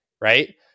right